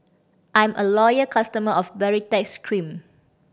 I'm a loyal customer of Baritex Cream